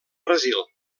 brasil